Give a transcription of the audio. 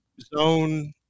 zone